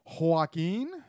Joaquin